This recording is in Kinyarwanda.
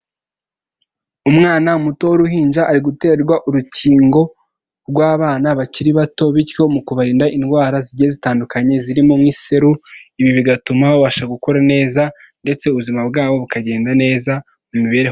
Umwana muto w'uruhinja ari guterwa urukingo rw'abana bakiri bato bityo mu kubarinda indwara zigiye zitandukanye zirimo nk'iseru, ibi bigatuma babasha gukora neza ndetse ubuzima bwabo bukagenda neza mu mibere.